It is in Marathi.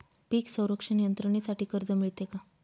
पीक संरक्षण यंत्रणेसाठी कर्ज मिळते का?